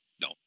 no